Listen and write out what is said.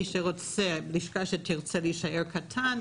לשכה שתרצה להישאר קטנה,